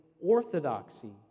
orthodoxy